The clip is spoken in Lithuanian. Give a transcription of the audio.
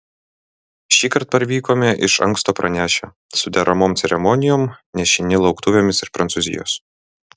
šįkart parvykome iš anksto pranešę su deramom ceremonijom nešini lauktuvėmis iš prancūzijos